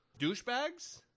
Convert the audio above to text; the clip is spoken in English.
douchebags